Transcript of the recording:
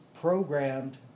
programmed